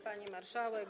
Pani Marszałek!